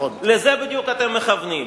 לזה בדיוק אתם מכוונים.